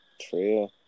True